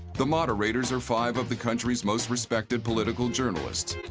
the moderators are five of the country's most respected political journalists.